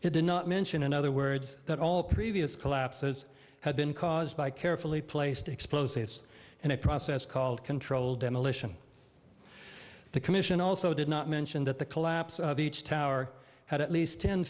it did not mention in other words that all previous collapses had been caused by carefully placed explosives in a process called controlled demolition the commission also did not mention that the collapse of each tower had at least ten